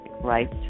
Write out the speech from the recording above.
Right